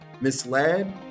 misled